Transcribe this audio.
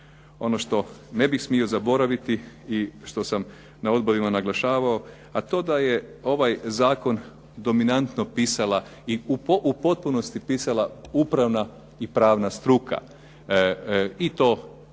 Ono što ne bih smio zaboraviti i što sam na odborima naglašavao, a to da je ovaj zakon dominantno pisala i u potpunosti pisala upravna i pravna struka i to suci